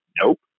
Nope